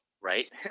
right